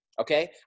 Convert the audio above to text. Okay